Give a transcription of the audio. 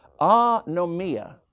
anomia